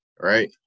right